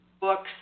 books